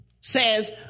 says